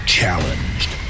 Challenged